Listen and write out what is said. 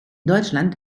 deutschland